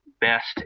best